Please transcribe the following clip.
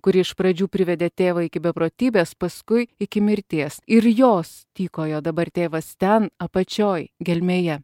kuri iš pradžių privedė tėvą iki beprotybės paskui iki mirties ir jos tykojo dabar tėvas ten apačioj gelmėje